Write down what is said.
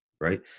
right